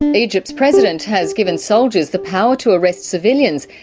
and egypt's president has given soldiers the power to arrest civilians,